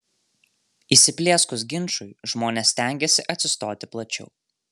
įsiplieskus ginčui žmonės stengiasi atsistoti plačiau